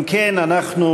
אם כן, אנחנו